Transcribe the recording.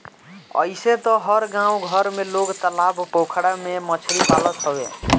अइसे तअ हर गांव घर में लोग तालाब पोखरा में मछरी पालत हवे